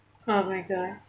oh my god